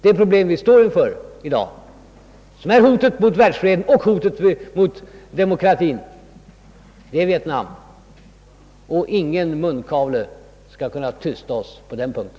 Det problem vi står inför i dag, vilket utgör hotet mot världsfreden och hotet mot demokratin, är just Vietnam, och ingen munkavle skall kunna tysta oss på den punkten.